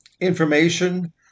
information